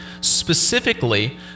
specifically